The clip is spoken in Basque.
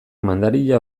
madaria